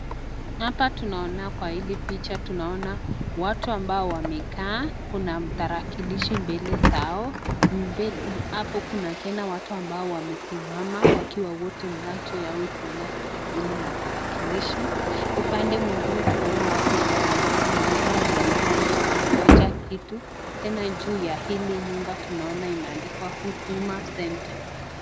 Hapa tunaona kwa hili picha tunaona watu ambao wamekaa .Kuna tarakilishi mbili zao .Hapo tena kuna watu ambao wamesimama wakiwa wote macho yao ikiona hili matarakilishi. Upande mwingine tunaona watu ambao wamesimama wanaonekana kungoja kitu .Tena juu ya hili nyumba tunaona imeandikwa huduma center .